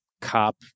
cop